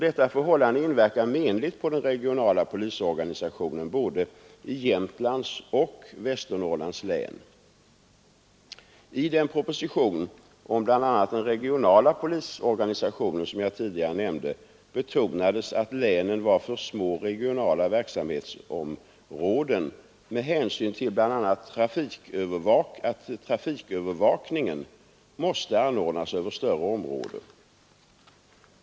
Detta förhållande inverkar menligt på den regionala polisorganisationen, både i Jämtlands och i Västernorrlands län. I den proposition om bl.a. den regionala polisorganisationen som jag tidigare nämnde betonades att länen var för små regionala verksamhetsområden med hänsyn till att bl.a. trafikövervakningen måste anordnas över större område.